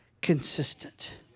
consistent